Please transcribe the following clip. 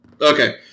Okay